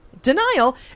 Denial